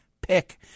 pick